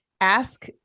ask